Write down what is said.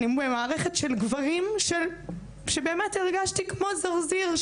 אני במערכת של גברים שהרגשתי כמו זרזיר,